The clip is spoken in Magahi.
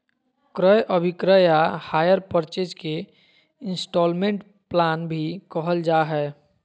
क्रय अभिक्रय या हायर परचेज के इन्स्टालमेन्ट प्लान भी कहल जा हय